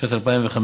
משנת 2015